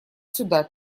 сюда